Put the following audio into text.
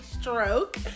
stroke